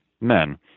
men